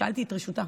שאלתי את רשותה.